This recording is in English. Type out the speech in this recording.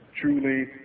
Truly